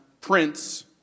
Prince